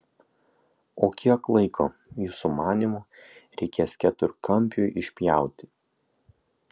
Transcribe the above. o kiek laiko jūsų manymu reikės keturkampiui išpjauti